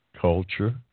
culture